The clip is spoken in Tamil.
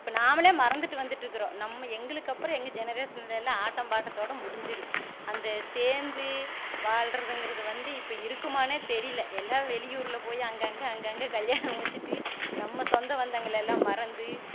இப்போ நாமளே மறந்துட்டு வந்திட்ருக்குறோம் நம்ம எங்களுக்கு அப்பறம் எங்கள் ஜெனரேஷன்லலாம் ஆட்டம் பாட்டத்தோட முடுஞ்சிடும் அந்த சேர்ந்து வாழ்றதுங்கிறது வந்து இப்போ இருக்குமான்னு தெரியல எல்லாம் வெளியூரில் போய் அங்கங்கே அங்கங்கே கல்யாணம் வைச்சிட்டு நம்ம சொந்த பந்தங்கள்லாம் மறந்து